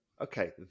Okay